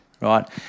right